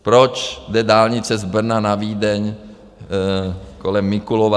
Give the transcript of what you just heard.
Proč jde dálnice z Brna na Vídeň kolem Mikulova?